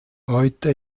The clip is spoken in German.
heute